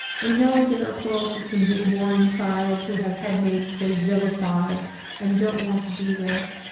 we know there are plural systems at war inside who have head mates they vilify and don't want to be with,